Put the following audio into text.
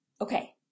Okay